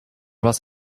was